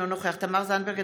אינו נוכח תמר זנדברג,